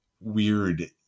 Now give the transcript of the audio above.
weird